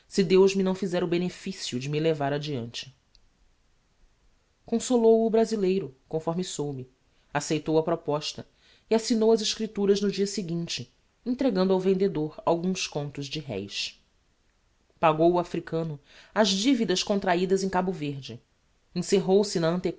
se deus me não fizer o beneficio de me levar adiante consolou o o brazileiro conforme soube aceitou a proposta e assignou as escripturas no dia seguinte entregando ao vendedor alguns contos de reis pagou o africano as dividas contrahidas em cabo verde encerrou-se